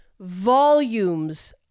volumes